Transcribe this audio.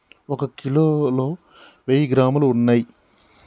ఒక కిలోలో వెయ్యి గ్రాములు ఉన్నయ్